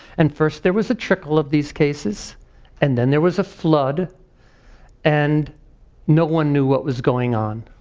and first there was a trickle of these cases and then there was a flood and no one knew what was going on.